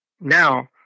Now